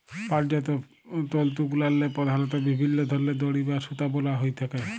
পাটজাত তলতুগুলাল্লে পধালত বিভিল্ল্য ধরলের দড়ি বা সুতা বলা হ্যঁয়ে থ্যাকে